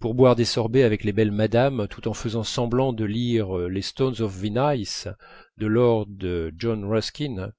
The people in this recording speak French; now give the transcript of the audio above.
pour boire des sorbets avec les belles madames tout en faisant semblant de lire les stones of venaïce de lord john ruskin